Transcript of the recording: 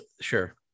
sure